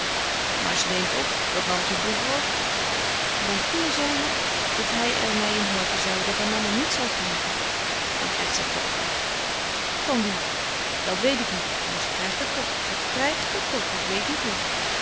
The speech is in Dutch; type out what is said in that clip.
maar ze neemt op dat nam ze vroeger ook de bankier zei me dat hij er mij in helpen zoû dat hij mama niets zoû geven dan krijgt zij toch geld van wie dat weet ik niet maar ze krijgt het toch ze krijgt het toch ik weet niet hoe